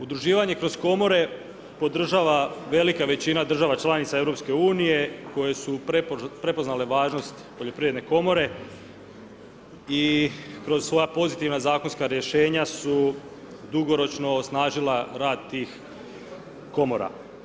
Udruživanje kroz komore podržava velika većina država članica EU koje su prepoznale važnost poljoprivredne komore i kroz svoja pozitivna zakonska rješenja su dugoročno osnažila rad tih komora.